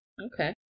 Okay